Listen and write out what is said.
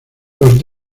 los